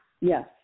Yes